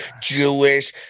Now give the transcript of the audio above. Jewish